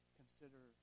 consider